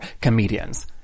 comedians